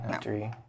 three